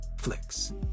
flicks